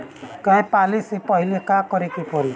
गया पाले से पहिले का करे के पारी?